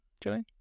Joey